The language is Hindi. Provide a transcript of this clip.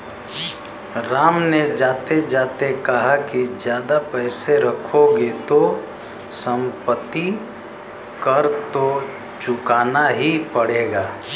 राम ने जाते जाते कहा कि ज्यादा पैसे रखोगे तो सम्पत्ति कर तो चुकाना ही पड़ेगा